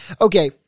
Okay